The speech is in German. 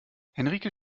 henrike